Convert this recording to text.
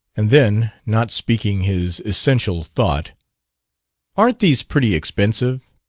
and then not speaking his essential thought aren't these pretty expensive?